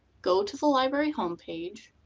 go to the library home page,